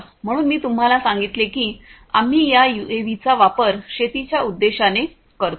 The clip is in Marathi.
म्हणून मी तुम्हाला सांगितले की आम्ही या यूएव्हीचा वापर शेतीच्या उद्देशाने करतो